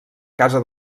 casa